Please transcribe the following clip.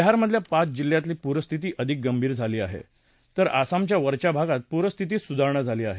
बिहारमधल्या पाच जिल्ह्यातली पूरस्थिती अधिक गंभीर झाली आहे तर आसामच्या वरच्या भागात पूरस्थितीत सुधारणा झाली आहे